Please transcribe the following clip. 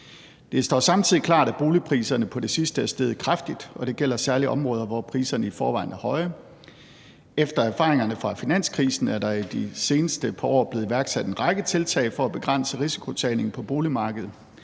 Det står samtidig klart, at boligpriserne på det sidste er steget kraftigt, og det gælder særlig i områder, hvor priserne i forvejen er høje. Efter erfaringerne fra finanskrisen er der i de seneste par år blevet iværksat en række tiltag for at begrænse risikotagning på boligmarkedet.